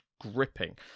gripping